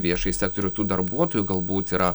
viešąjį sektorių tų darbuotojų galbūt yra